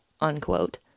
unquote